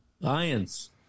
Lions